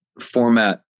format